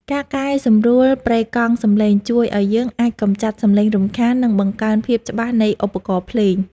ការកែសម្រួលប្រេកង់សំឡេងជួយឱ្យយើងអាចកម្ចាត់សំឡេងរំខាន និង បង្កើនភាពច្បាស់នៃឧបករណ៍ភ្លេង។